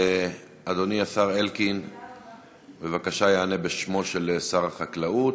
אדוני השר אלקין, בבקשה, יענה בשמו של שר החקלאות.